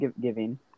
giving